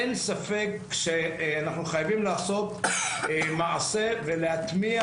אין ספק שאנחנו חייבים לעשות מעשה ולהטמיע